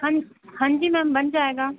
हाँ हां जी मैम बन जाएगा